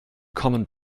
common